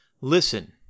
Listen